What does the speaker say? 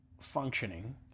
functioning